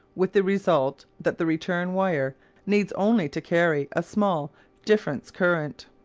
with the result that the return wire needs only to carry a small difference-current.